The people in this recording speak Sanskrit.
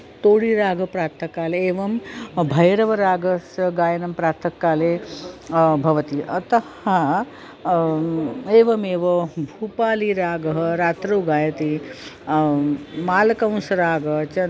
तोडीरागः प्रातःकाले एवं भैरवरागस्य गायनं प्रातःकाले भवति अतः एवमेव भूपालीरागः रात्रौ गीयते मालकंस् रागः च